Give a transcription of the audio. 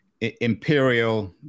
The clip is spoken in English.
imperial